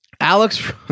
alex